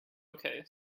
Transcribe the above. okay